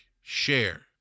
share